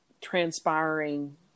transpiring